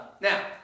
Now